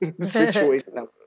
situation